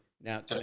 Now